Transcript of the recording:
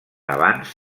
avanç